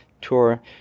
tour